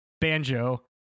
Banjo